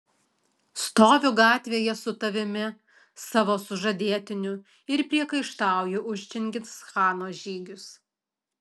stoviu gatvėje su tavimi savo sužadėtiniu ir priekaištauju už čingischano žygius